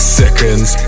seconds